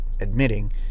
admitting